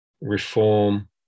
reform